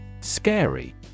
Scary